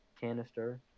canister